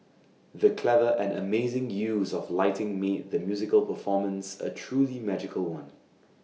the clever and amazing use of lighting made the musical performance A truly magical one